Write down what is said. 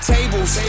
Tables